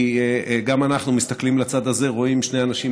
ציין נציג